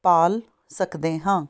ਪਾਲ ਸਕਦੇ ਹਾਂ